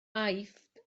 aifft